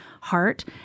heart